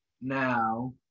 Now